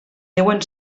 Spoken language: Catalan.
deuen